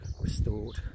restored